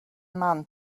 man